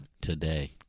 Today